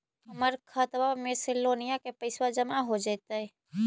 हमर खातबा में से लोनिया के पैसा जामा हो जैतय?